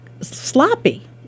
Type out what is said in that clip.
sloppy